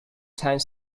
time